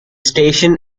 station